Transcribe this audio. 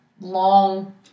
long